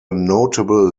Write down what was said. notable